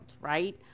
right